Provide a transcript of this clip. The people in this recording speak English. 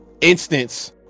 instance